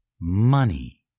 Money